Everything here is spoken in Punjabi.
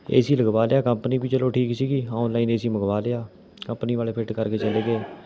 ਏ ਸੀ ਲਗਵਾ ਲਿਆ ਕੰਪਨੀ ਵੀ ਚਲੋ ਠੀਕ ਸੀਗੀ ਔਨਲਾਈਨ ਏ ਸੀ ਮੰਗਵਾ ਲਿਆ ਕੰਪਨੀ ਵਾਲੇ ਫਿੱਟ ਕਰਕੇ ਚਲੇ ਗਏ